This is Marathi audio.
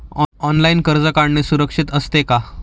ऑनलाइन कर्ज काढणे सुरक्षित असते का?